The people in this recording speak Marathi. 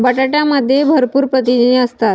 बटाट्यामध्ये भरपूर प्रथिने असतात